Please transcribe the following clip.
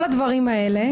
כל הדברים האלה,